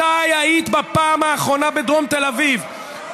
מתי היית בפעם האחרונה בדרום תל אביב?